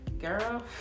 Girl